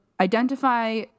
identify